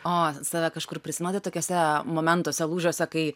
o save kažkur prisimenate tokiuose momentuose lūžiuose kai